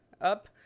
up